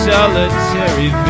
Solitary